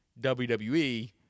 WWE